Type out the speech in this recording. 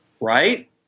right